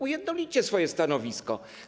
Ujednolićcie swoje stanowisko.